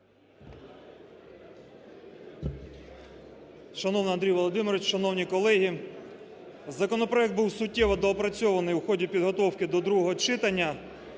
Шановний Андрій Володимирович, шановні колеги, законопроект був суттєво доопрацьований в ході підготовки до другого читання.